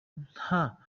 nta